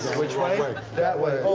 which way? that way.